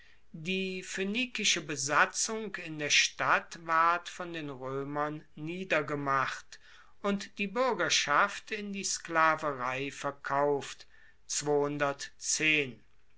die phoenikische besatzung in der stadt ward von den roemern niedergemacht und die buergerschaft in die sklaverei verkauft